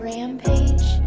Rampage